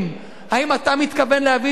האם אתה מתכוון להביא את זה לכנסת,